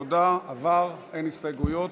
תודה, עבר, אין הסתייגויות.